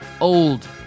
Old